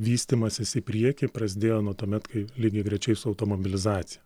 vystymasis į priekį prasidėjo nuo tuomet kai lygiagrečiai su automobilizacija